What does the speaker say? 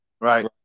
right